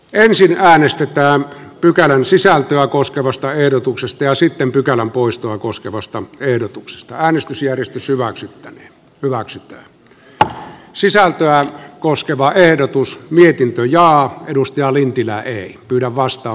ensin äänestetään pykälän sisältöä koskevasta ehdotuksesta ja sitten pykälän poistoa koskevasta ehdotuksestaan mystisiä ja pysyväksi hyväksyttyä sisältöä koskeva ehdotus mietintö kannatan edustaja lintilän esitystä